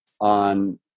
on